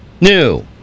new